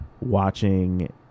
watching